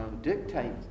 dictate